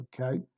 okay